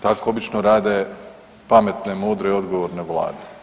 Tako obično rade pametne, mudre i odgovorne vlade.